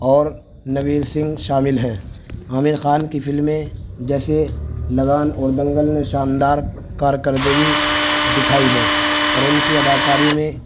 اور نویر سنگھ شامل ہیں عامر خان کی فلمیں جیسے لگان اور دنگل میں شاندار کارکردگی دکھائی ہے اور ان کی اداکاری میں